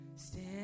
Stand